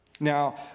Now